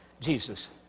Jesus